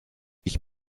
ich